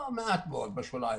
מעט מאוד, בשוליים.